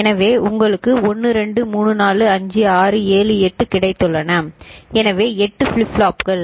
எனவே உங்களுக்கு 1 2 3 4 5 6 7 8 கிடைத்துள்ளன எனவே 8 ஃபிளிப் ஃப்ளாப் கள்